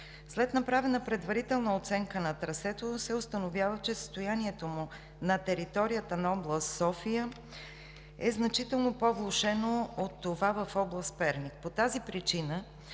След направена предварителна оценка на трасето се установява, че състоянието му на територията на област София е значително по влошено от това в област Перник. По тази причина,